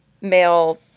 male